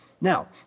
Now